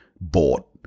bought